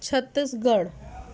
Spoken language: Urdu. چھتیس گڑھ